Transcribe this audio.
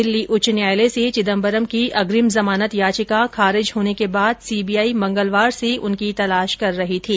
दिल्ली उच्च न्यायालय से चिदंबरम की अग्रिम जमानत याचिका खारिज होने के बाद सीबीआई मंगलवार से उनकी तलाश कर रही थी